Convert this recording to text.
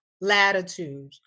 latitude